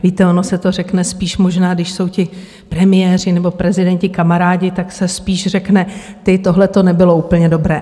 Víte, ono se to řekne spíš možná, když jsou ti premiéři nebo prezidenti kamarádi, tak se spíš řekne ty, tohle nebylo úplně dobré.